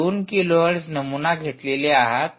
2 kilohertz नमुना घेतलेले आहात